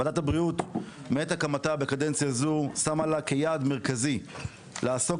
וועדת הבריאות מעת הקמתה בקדנציה זו שמה לה כיעד מרכזי לעסוק